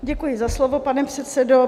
Děkuji za slovo, pane předsedo.